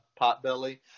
Potbelly